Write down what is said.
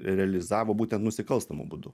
realizavo būtent nusikalstamu būdu